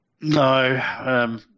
No